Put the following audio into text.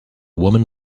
woman